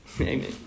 amen